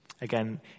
Again